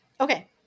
Okay